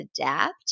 adapt